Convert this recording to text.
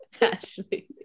Ashley